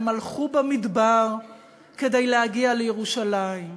הם הלכו במדבר כדי להגיע לירושלים?